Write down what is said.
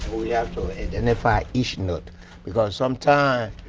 we have to identify each note because, sometimes,